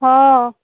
हँ